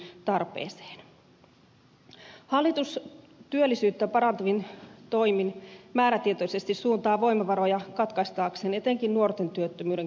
hallitus suuntaa voimavaroja määrätietoisesti työllisyyttä parantavin toimin katkaistakseen etenkin nuorten työttömyyden kasvun